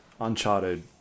Uncharted